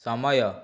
ସମୟ